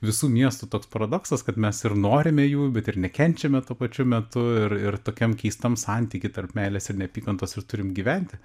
visų miestų toks paradoksas kad mes ir norime jų bet ir nekenčiame tuo pačiu metu ir ir tokiam keistam santyky tarp meilės ir nepykantos ir turim gyventi